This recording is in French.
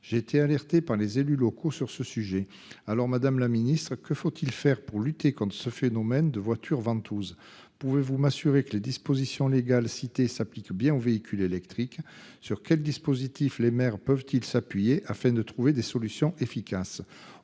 J'ai été alerté par des élus locaux sur ce sujet : que faut-il faire pour lutter contre ce phénomène de « voitures ventouses »? Pouvez-vous m'assurer que les dispositions légales citées s'appliquent bien aux véhicules électriques ? Sur quels dispositifs les maires peuvent-ils s'appuyer pour trouver des solutions efficaces ?